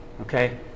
Okay